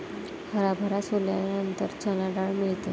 हरभरा सोलल्यानंतर चणा डाळ मिळते